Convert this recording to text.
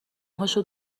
هاشو